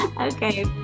Okay